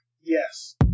Yes